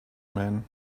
man